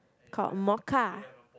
called mocha